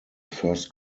first